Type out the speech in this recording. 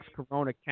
Corona